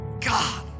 God